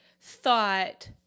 thought